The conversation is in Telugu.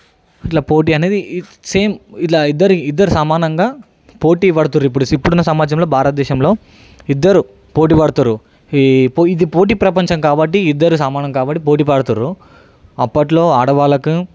ఇట్లా పోటీ అనేది సేమ్ ఇట్లా ఇద్దరు ఇద్దరు సమానంగా పోటీ పడుతుండ్రు ఇప్పుడున్న ఇప్పుడున్న సమాజంలో భారత దేశంలో ఇద్దరు పోటీ పడుతుండ్రు ఇది పోటీ ప్రపంచం కాబట్టి ఇద్దరు సమానం కాబట్టి పోటీ పడుతుండ్రు అప్పట్లో ఆడవాళ్లకు